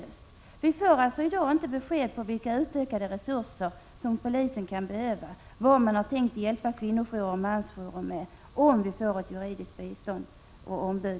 Vi får alltså i dag inte besked om vilka utökade resurser som polisen skall få, vad man har tänkt hjälpa kvinnojourer och mansjourer med och om kvinnor får hjälp till juridiskt ombud.